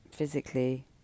Physically